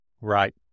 Right